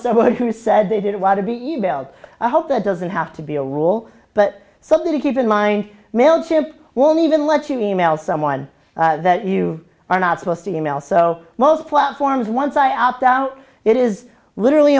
someone who said they didn't want to be emailed i hope that doesn't have to be a rule but something to keep in mind mail ship won't even let you email someone that you are not supposed to email so most platforms once i opt out it is literally